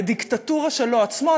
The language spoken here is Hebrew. לדיקטטורה שלו עצמו,